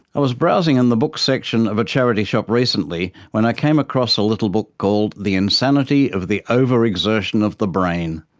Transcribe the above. i was browsing in the book section of a charity shop recently when i came across a little book called the insanity of the over-exertion of the brain,